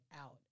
out